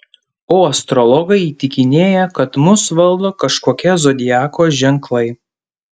o astrologai įtikinėja kad mus valdo kažkokie zodiako ženklai